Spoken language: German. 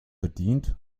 bedient